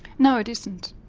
no it isn't.